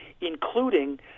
including